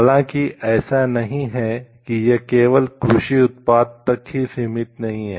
हालांकि ऐसा नहीं है की यह केवल कृषि उत्पाद तक ही सीमित नहीं है